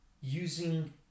using